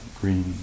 green